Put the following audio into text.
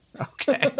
Okay